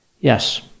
Yes